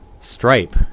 stripe